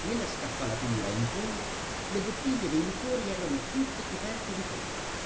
nella scaffalatura in fondo le bottiglie dei liquori eran tutte coperte di polvere